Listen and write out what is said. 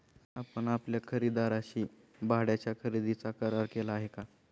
आपण आपल्या खरेदीदाराशी भाड्याच्या खरेदीचा करार केला आहे का?